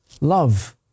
Love